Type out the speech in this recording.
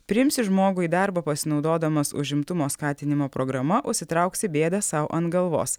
priimsi žmogų į darbą pasinaudodamas užimtumo skatinimo programa užsitrauksi bėdą sau ant galvos